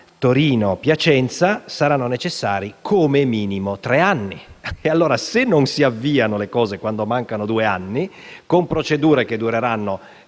Torino-Piacenza saranno necessari come minimo tre anni. Pertanto, se non si avviano le cose quando mancano due anni, con procedure che arriveranno